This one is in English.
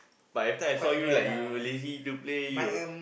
but every time I saw you like you lazy to play you